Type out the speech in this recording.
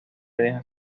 dejan